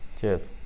Cheers